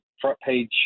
front-page